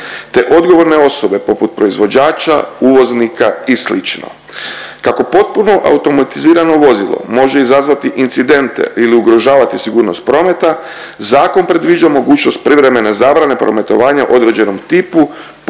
te odgovorne osobe poput proizvođača, uvoznika i sl.. Kako potpuno automatizirano vozilo može izazvati incidente ili ugrožavati sigurnost prometa zakon predviđa mogućnost privremene zabrane prometovanja određenom tipu